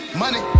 money